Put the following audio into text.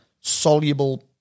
soluble